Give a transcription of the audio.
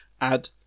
add